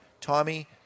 Tommy